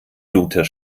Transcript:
luther